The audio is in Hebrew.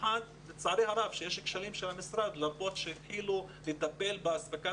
במיוחד שלצערי יש כשלים של המשרד למרות שהתחילו לטפל באספקת